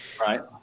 Right